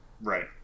Right